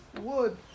wood